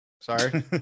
Sorry